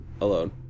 Alone